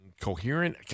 coherent